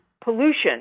pollution